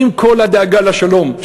עם כל הדאגה לשלום,